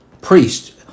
priest